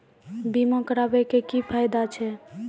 बीमा कराबै के की फायदा छै?